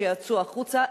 שיצאו החוצה,